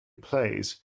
plays